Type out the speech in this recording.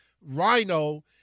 Rhino